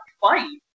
fight